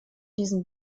diesen